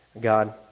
God